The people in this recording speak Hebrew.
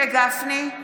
בעד משה גפני,